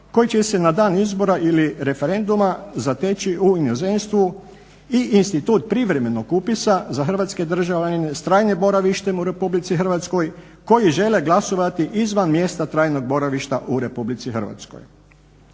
koji će se na dan izbora ili referenduma zateći u inozemstvu i institut privremenog upisa za hrvatske državljane sa trajnim boravištem u RH koji žele glasovati izvan mjesta trajnog boravišta u RH. Nakon